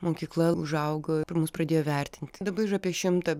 mokykla užaugo ir mus pradėjo vertinti dabar yra apie šimtą